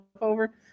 over